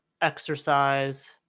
exercise